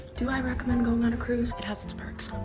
do i recommend going on a cruise? it has its perks.